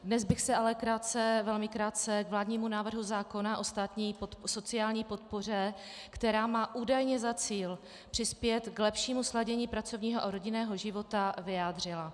Dnes bych se ale velmi krátce k vládnímu návrhu zákona o státní sociální podpoře, která má údajně za cíl přispět k lepšímu sladění pracovního a rodinného života, vyjádřila.